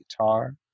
guitar